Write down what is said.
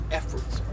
efforts